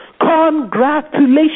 Congratulations